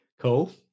cool